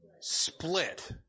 Split